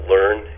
Learn